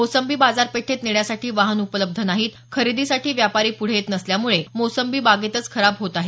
मोसंबी बाजारपेठेत नेण्यासाठी वाहन उपलब्ध नाहीत खरेदीसाठी व्यापारी पुढे येत नसल्यामुळे मोसंबी बागेतच खराब होत आहेत